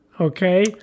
Okay